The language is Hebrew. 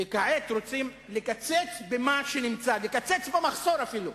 וכעת רוצים לקצץ במה שנמצא, לקצץ במחסור אפילו.